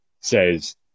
says